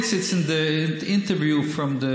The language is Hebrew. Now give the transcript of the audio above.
Since it's in the interview from the